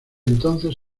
entonces